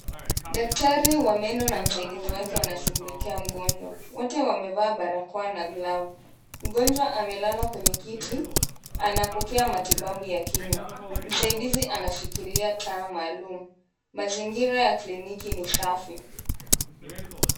Daktari wa meno na msaidizi wake wanashughulikia mgonjwa, wote wamevaa barakoa na glavu. Mgonjwa amelala kwenye kiti, anapokea matibabu ya kinywa. Msaidizi anashikilia taa maalum. Mazingira ya kliniki ni safi.